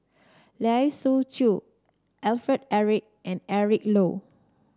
Lai Siu Chiu Alfred Eric and Eric Low